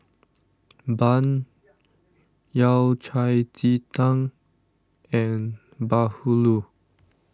Bun Yao Cai Ji Tang and Bahulu